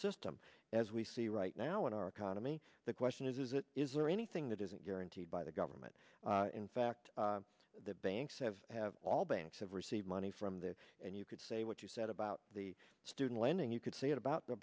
system as we see right now in our economy the question is is it is there anything that isn't guaranteed by the government in fact the banks have all banks have received money from there and you could say what you said about the student lending you could say it about the